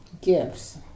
gifts